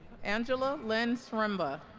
angela lynn sremba